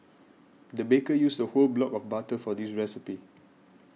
the baker used a whole block of butter for this recipe